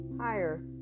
higher